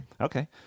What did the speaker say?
Okay